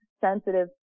sensitive